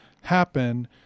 happen